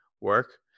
work